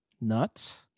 nuts